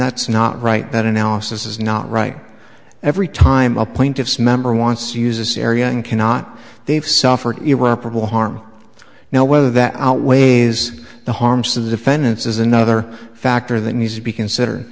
that's not right that analysis is not right every time a plaintiff's member wants use this area and cannot they've suffered irreparable harm now whether that outweighs the harms to the defendants is another factor that needs to be considered